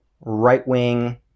right-wing